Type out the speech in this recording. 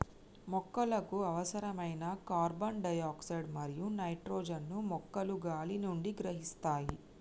మొక్కలకు అవసరమైన carbon dioxide మరియు నైట్రోజన్ ను మొక్కలు గాలి నుండి గ్రహిస్తాయి